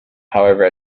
however